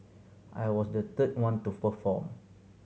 I was the third one to perform